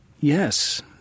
yes